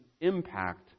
impact